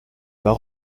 pas